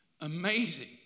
amazing